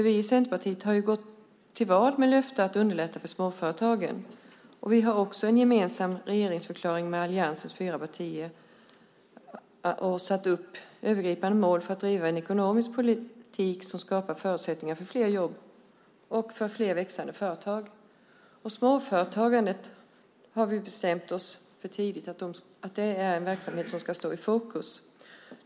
Vi i Centerpartiet har gått till val på löftet att underlätta för småföretagen. Vi har också i en gemensam regeringsförklaring från alliansens fyra partier satt upp som övergripande mål att driva en ekonomisk politik som skapar förutsättningar för fler jobb och fler växande företag. Vi har tidigt bestämt oss för att småföretagandet är en verksamhet som ska stå i fokus.